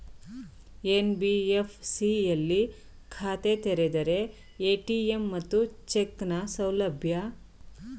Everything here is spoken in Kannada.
ಎನ್.ಬಿ.ಎಫ್.ಸಿ ಯಲ್ಲಿ ಖಾತೆ ತೆರೆದರೆ ಎ.ಟಿ.ಎಂ ಮತ್ತು ಚೆಕ್ ನ ಸೌಲಭ್ಯ ಇದೆಯಾ?